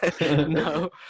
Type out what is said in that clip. No